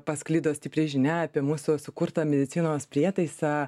pasklido stipri žinia apie mūsų sukurtą medicinos prietaisą